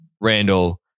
Randall